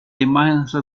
imagen